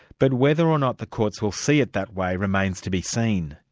but whether or not the courts will see it that way remains to be seen.